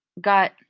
got